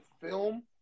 film